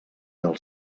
del